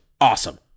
awesome